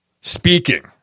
speaking